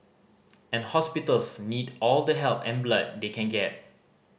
and hospitals need all the help and blood they can get